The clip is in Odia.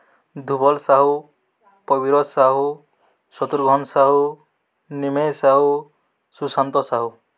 ଧୁବଲ୍ ସାହୁ ପବିର ସାହୁ ଶତୁର୍ଘନ୍ ସାହୁ ନିମେଇ ସାହୁ ସୁଶାନ୍ତ ସାହୁ